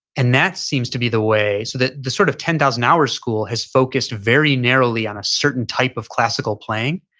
and that seems to be the way. so the the sort of ten thousand hours school has focused very narrowly on a certain type of classical playing.